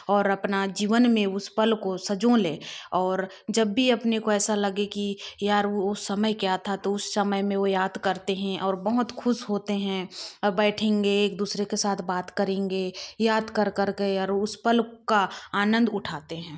और अपना जीवन में उस पल को संजो लें और जब भी अपने को ऐसा लगे की यार वो समय क्या था तो उस समय में वो याद करते हैं और बहुत खुश होते हैं और बैठेंगे एक दूसरे के साथ बात करेंगे याद कर कर के और उस पल का आनंद उठाते है